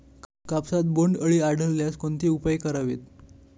कापसात बोंडअळी आढळल्यास कोणते उपाय करावेत?